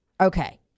Okay